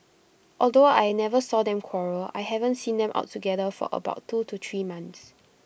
although I never saw them quarrel I haven't seen them out together for about two to three months